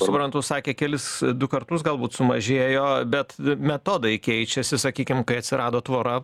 suprantu sakė kelis du kartus galbūt sumažėjo bet metodai keičiasi sakykim kai atsirado tvora